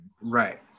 Right